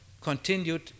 continued